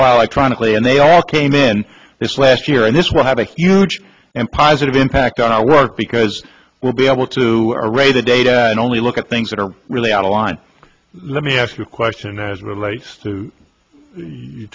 i'm trying to play and they all came in this last year and this will have a huge and positive impact on our work because we'll be able to array the data and only look at things that are really out of line let me ask you a question as relates to you